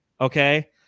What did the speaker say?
Okay